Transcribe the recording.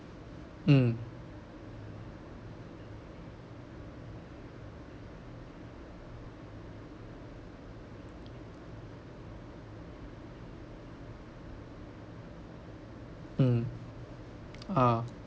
mm mm a'ah